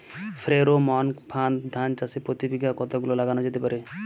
Pheromone ফাঁদ ধান চাষে বিঘা পতি কতগুলো লাগানো যেতে পারে?